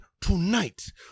tonight